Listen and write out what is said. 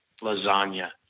lasagna